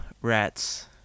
rats